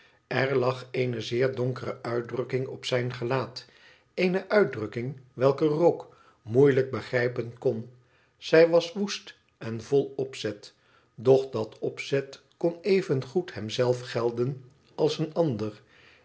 er lag eene zeer donkere uitdrukking op zijn gelaat eene uitdrukking welke rogue moeilijk begrijpen kon zij was woest en vol opzet doch dat opzet kon evengoed hem zelf gelden als een ander